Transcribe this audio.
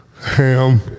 ham